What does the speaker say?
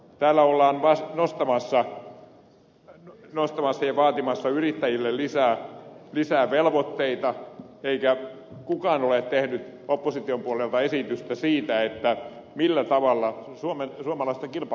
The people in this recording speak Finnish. täällä ollaan nostamassa ja vaatimassa yrittäjille lisää velvoitteita eikä kukaan ole tehnyt opposition puolelta esitystä siitä millä tavalla suomalaista kilpailukykyä parannetaan